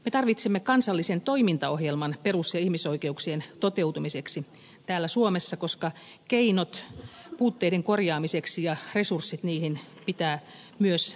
me tarvitsemme kansallisen toimintaohjelman perus ja ihmisoikeuksien toteutumiseksi täällä suomessa koska keinot puutteiden korjaamiseksi ja resurssit niihin pitää myös selvästi kertoa